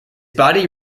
body